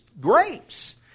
grapes